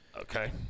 okay